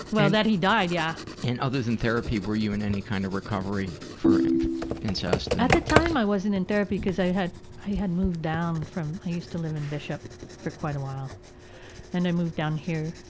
well, that he died, yeah. and other than therapy, were you in any other kind of recovery for incest? at the time, i wasn't in therapy because i had i had moved down from. i used to live in a bishop for quite a while and i moved down here.